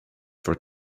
for